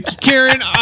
Karen